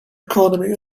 economy